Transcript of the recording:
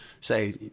say